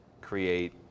create